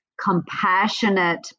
compassionate